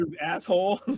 asshole